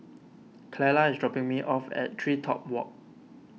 Clella is dropping me off at TreeTop Walk